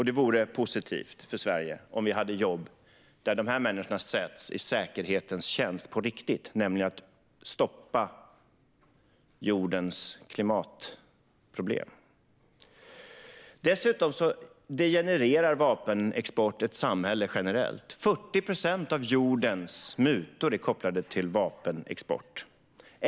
Det vore positivt för Sverige om vi hade jobb där dessa människor på riktigt sätts i säkerhetens tjänst genom att stoppa jordens klimatproblem. Dessutom degenererar vapenexport ett samhälle generellt. Av jordens mutor är 40 procent kopplade till vapenexport.